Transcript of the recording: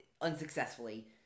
unsuccessfully